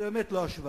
זו באמת לא השוואה,